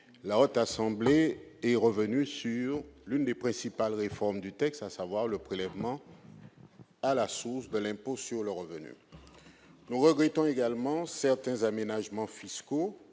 la Haute Assemblée est revenue sur l'une des principales réformes contenues dans ce texte, à savoir le prélèvement à la source de l'impôt sur le revenu. Nous regrettons également certains aménagements fiscaux,